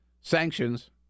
sanctions